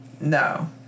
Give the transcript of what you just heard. no